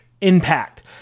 impact